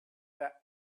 that